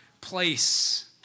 place